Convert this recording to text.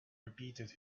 repeated